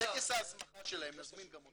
טקס ההסמכה שלהם נזמין גם אותך.